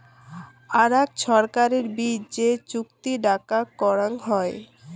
আরাক ছরকারের বিচ যে চুক্তি ডাকাক করং হই